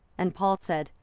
and paul said,